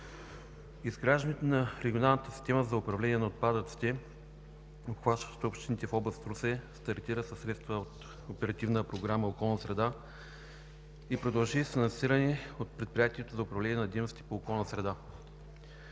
изграждането на регионалната система за управление на отпадъците, обхващаща общините в област Русе, стартира със средства от Оперативна програма „Околна среда“ и продължи с финансиране от Предприятието за управление на дейностите по опазване